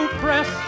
press